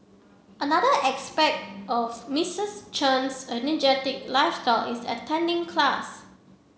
another aspect of Misters Chen's energetic lifestyle is attending class